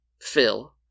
Phil –